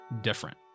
different